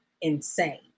insane